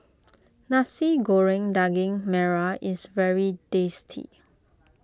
Nasi Goreng Daging Merah is very tasty